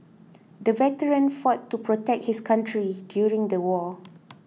the veteran fought to protect his country during the war